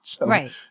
Right